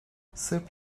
sırp